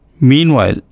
Meanwhile